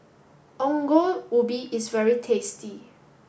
Ongol Ubi is very tasty